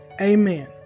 Amen